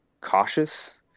cautious